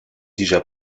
déjà